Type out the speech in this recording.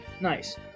Nice